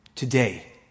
Today